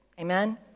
Amen